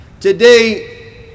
today